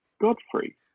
Godfrey